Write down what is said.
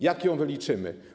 Jak ją wyliczymy?